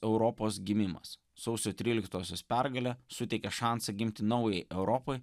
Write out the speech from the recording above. europos gimimas sausio tryliktosios pergalė suteikė šansą gimti naujai europai